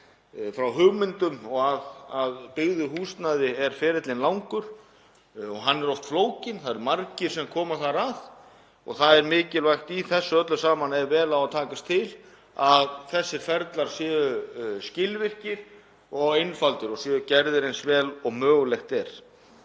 frá hugmyndum og að byggðu húsnæði er ferillinn langur og hann er oft flókinn, það eru margir sem koma þar að — sé að ef vel á að takast til séu þessir ferlar skilvirkir og einfaldir og gerðir eins vel og mögulegt er.